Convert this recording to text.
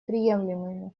приемлемыми